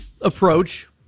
approach